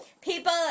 People